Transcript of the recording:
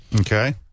Okay